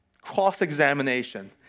cross-examination